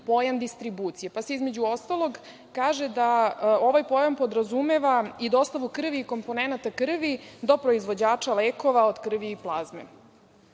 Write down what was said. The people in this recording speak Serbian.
pojam distribucije. Između ostalog se kaže da ovaj pojam podrazumeva i dostavu krvi i komponenata krvi do proizvođača lekova od krvi i plazme.O